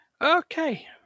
Okay